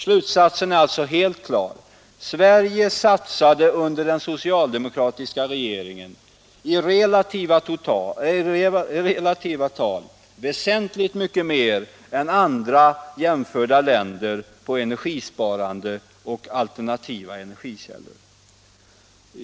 Slutsatsen är alltså helt klar: Sverige satsade under den socialdemokratiska regeringen i relativa tal väsentligt mer än andra jämförda länder på energisparande och alternativa energikällor.